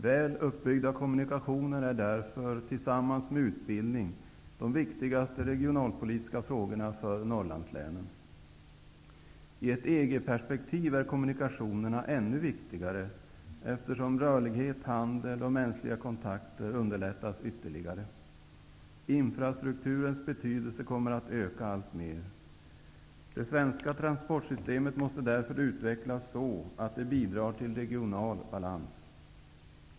Väl uppbyggda kommunikationer är därför, tillsammans med utbildning, de viktigaste regionalpolitiska frågorna för Norrlandslänen. I ett EG-perspektiv är kommunikationerna ännu viktigare, eftersom rörlighet, handel och mänskliga kontakter underlättas ytterligare. Infrastrukturens betydelse kommer att öka alltmer. Det svenska transportsystemet måste därför utvecklas så att det bidrar till regional balans.